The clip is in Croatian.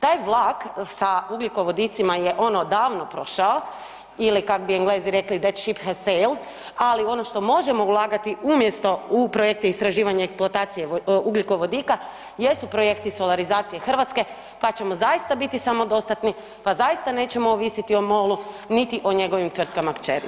Taj vlak sa ugljikovodicima je ono davno prošao, ili kak bi Englezi rekli that ship has sail, ali ono što možemo ulagati umjesto u projekte istraživanje i eksploatacije ugljikovodika jesu projekti solarizacije Hrvatske pa ćemo zaista biti samodostatni pa zaista nećemo ovisiti o MOL-u niti o njegovim tvrtkama kćeri.